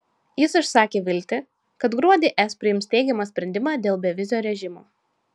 jis išsakė viltį kad gruodį es priims teigiamą sprendimą dėl bevizio režimo